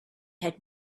had